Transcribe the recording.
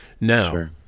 Now